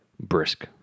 brisk